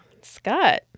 Scott